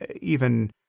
even-